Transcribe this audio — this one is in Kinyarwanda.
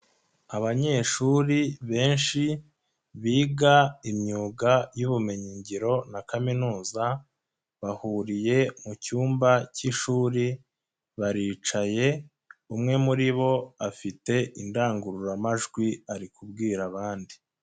Abanyeshuri benshi biga imyuga y'ubumenyigiro na kaminuza, bahuriye mu cyumba cy'ishuri baricaye, umwe muri bo afite indangururamajwi ari kubwira abandi.